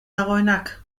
dagoenak